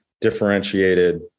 differentiated